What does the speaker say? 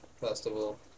Festival